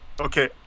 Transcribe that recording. Okay